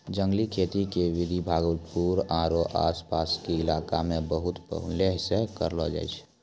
जंगली खेती के विधि भागलपुर आरो आस पास के इलाका मॅ बहुत पहिने सॅ करलो जाय छै